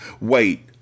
Wait